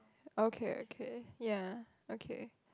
okay okay ya okay